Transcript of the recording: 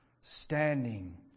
standing